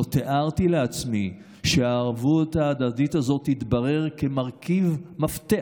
לא תיארתי לעצמי שהערבות ההדדית הזאת תתברר כמרכיב מפתח